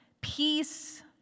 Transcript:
Peace